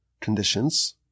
conditions